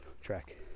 track